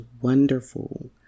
wonderful